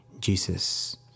Jesus